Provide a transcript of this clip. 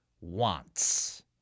wants